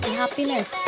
happiness